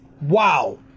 Wow